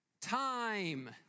time